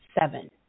seven